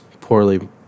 poorly